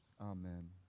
Amen